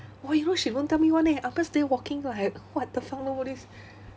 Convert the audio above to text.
!wah! you know she won't tell me [one] eh I'm just there walking like what the fuck nobody